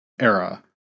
era